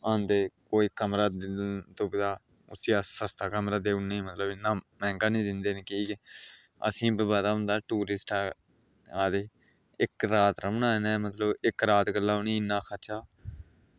आंदे कोई कमरा तुप्पदा उसी अस सस्ता कमरा देई ओड़ने मतलब इन्ना मैह्ंगा निं दिंदे की के असेंगी पता होंदा कि दूरा टुरिस्ट आए दे इक्क रात रौह्ना इनें इक्क रात लेई उ'नेंगी इन्ना खर्चा